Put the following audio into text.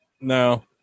No